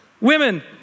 Women